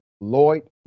Lloyd